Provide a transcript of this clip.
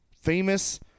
famous